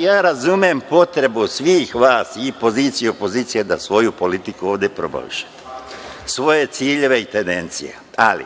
ja razumem potrebu svih vas, i pozicije i opozicije, da svoju politiku ovde promovišete, svoje ciljeve i tendencije, ali